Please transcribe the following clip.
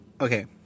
okay